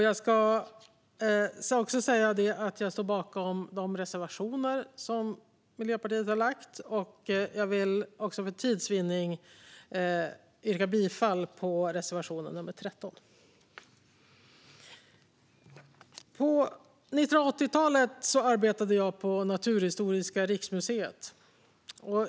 Jag står för övrigt bakom de reservationer Miljöpartiet har men yrkar för tids vinnande bifall endast till reservation 13. På 1980-talet arbetade jag på Naturhistoriska riksmuseet.